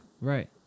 Right